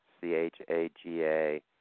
C-H-A-G-A